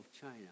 China